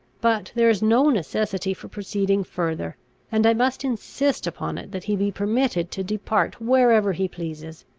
but there is no necessity for proceeding further and i must insist upon it that he be permitted to depart wherever he pleases.